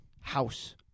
house